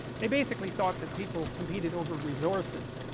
they basically thought that people competed over resources